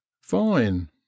Fine